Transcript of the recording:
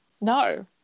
No